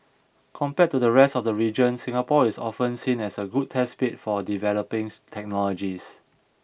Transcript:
compared to the rest of the region Singapore is often seen as a good test bed for developing technologies